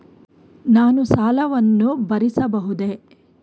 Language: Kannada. ನಾನು ಸಾಲವನ್ನು ಭರಿಸಬಹುದೇ?